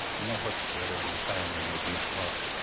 you know what's better than finding a benchmark?